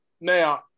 now